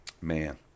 Man